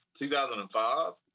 2005